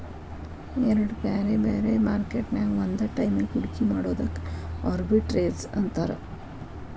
ಎರಡ್ ಬ್ಯಾರೆ ಬ್ಯಾರೆ ಮಾರ್ಕೆಟ್ ನ್ಯಾಗ್ ಒಂದ ಟೈಮಿಗ್ ಹೂಡ್ಕಿ ಮಾಡೊದಕ್ಕ ಆರ್ಬಿಟ್ರೇಜ್ ಅಂತಾರ